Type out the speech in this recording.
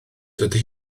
dydy